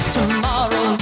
Tomorrow